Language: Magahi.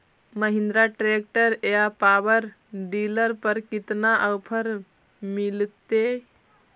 महिन्द्रा ट्रैक्टर या पाबर डीलर पर कितना ओफर मीलेतय?